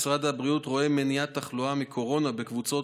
משרד הבריאות רואה במניעת תחלואה מקורונה בקבוצות